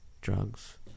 Drugs